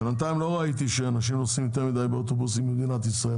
בינתיים לא ראיתי שאנשים נוסעים יותר מדי באוטובוסים במדינת ישראל,